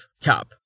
Cap